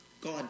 God